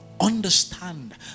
understand